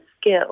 skill